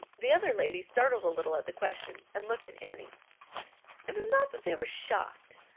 the other ladies started a little at the question and looked at annie it was not that they were shocked,